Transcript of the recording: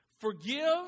Forgive